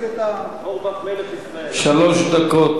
שלוש דקות.